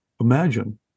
imagine